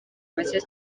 make